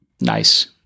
Nice